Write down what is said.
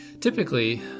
Typically